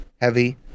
heavy